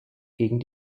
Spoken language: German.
gegen